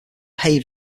haven